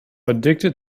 addicted